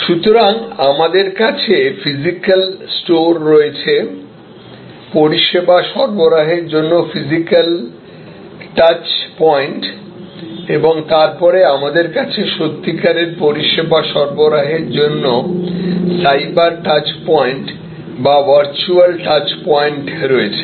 সুতরাং আমাদের কাছে ফিজিক্যাল স্টোর রয়েছে পরিষেবা সরবরাহের জন্য ফিজিক্যাল টাচ পয়েন্ট এবং তারপরে আমাদের কাছে সত্যিকারের পরিষেবা সরবরাহের জন্য সাইবার টাচ পয়েন্ট বা ভার্চুয়াল টাচ পয়েন্ট রয়েছে